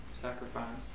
sacrifice